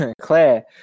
Claire